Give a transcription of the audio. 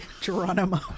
Geronimo